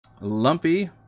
Lumpy